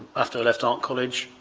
after i left art college,